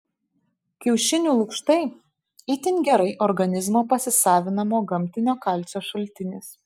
kiaušinių lukštai itin gerai organizmo pasisavinamo gamtinio kalcio šaltinis